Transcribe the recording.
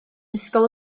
ysgol